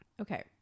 Okay